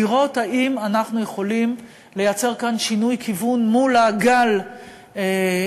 לראות אם אנחנו יכולים לייצר כאן שינוי כיוון מול הגל המכוער,